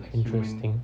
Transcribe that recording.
interesting